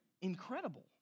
incredible